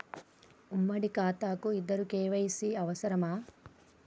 ఉమ్మడి ఖాతా కు ఇద్దరు కే.వై.సీ అవసరమా?